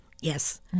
yes